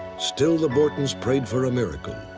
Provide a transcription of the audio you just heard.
still, the borton's prayed for a miracle.